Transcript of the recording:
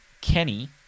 Kenny